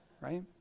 right